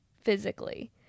physically